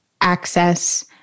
access